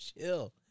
chill